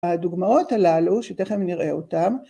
‫הדוגמאות הללו, שתכף נראה אותן,